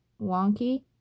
wonky